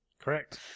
Correct